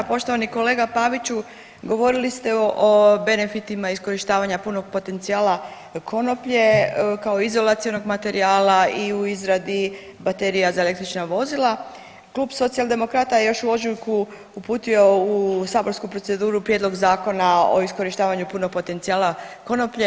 Poštovani kolega Paviću, govorili ste o benefitima iskorištavanja punog potencijala konoplje kao izolacionog materijala i u izradi baterija za električna vozila klub Socijaldemokrata je još u ožujku uputio u saborsku proceduru Prijedlog zakona o iskorištavanju punog potencijala konoplje.